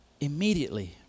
immediately